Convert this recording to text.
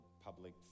public